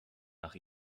nach